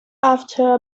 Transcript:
after